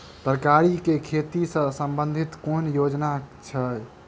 तरकारी केँ खेती सऽ संबंधित केँ कुन योजना छैक?